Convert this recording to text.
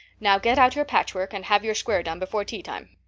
now, get out your patchwork and have your square done before teatime.